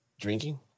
Drinking